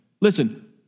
Listen